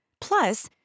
Plus